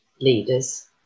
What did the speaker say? leaders